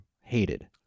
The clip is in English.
hated